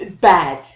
bad